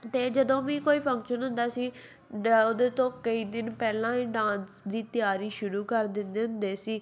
ਅਤੇ ਜਦੋਂ ਵੀ ਕੋਈ ਫੰਕਸ਼ਨ ਹੁੰਦਾ ਸੀ ਡ ਉਹਦੇ ਤੋਂ ਕਈ ਦਿਨ ਪਹਿਲਾਂ ਹੀ ਡਾਂਸ ਦੀ ਤਿਆਰੀ ਸ਼ੁਰੂ ਕਰ ਦਿੰਦੇ ਹੁੰਦੇ ਸੀ